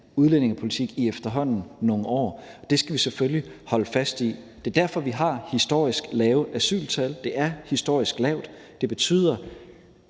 udlændingepolitik i efterhånden nogle år. Det skal vi selvfølgelig holde fast i. Det er derfor, vi har historisk lave asyltal. De er historisk lave. Det betyder,